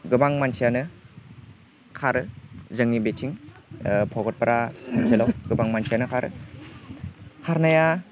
गोबां मानसियानो खारो जोंनि बेथिं भकतपारा ओनसोलाव गोबां मानसियानो खारो खारनाया